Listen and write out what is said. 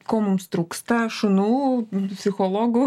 ko mums trūksta šunų psichologu